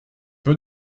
peu